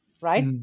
right